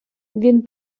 він